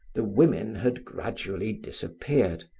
the women had gradually disappeared.